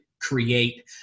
create